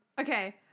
okay